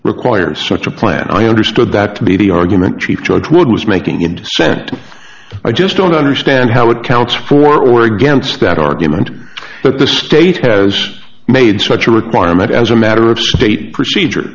require such a plan i understood that to be the argument chief judge wood was making in dissent i just don't understand how it counts for or against that argument that the state has made such a requirement as a matter of state procedure